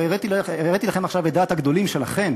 הרי הראיתי לכם עכשיו את דעת הגדולים שלכם,